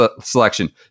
selection